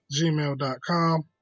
gmail.com